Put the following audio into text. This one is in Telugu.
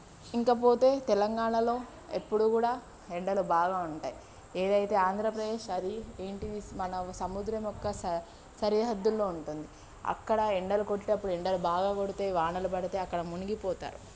ఇంకపోతే తెలంగాణాలో ఎప్పుడూ కూడా ఎండలు బాగా ఉంటాయి ఏదైతే ఆంధ్రప్రదేశ్ అది ఏంటిది మన సముద్రం యొక్క స సరిహద్దుల్లో ఉంటుంది అక్కడ ఎండలు కొట్టేటప్పుడు ఎండలు బాగా కొడితే వానలు పడితే అక్కడ మునిగిపోతారు